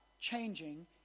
changing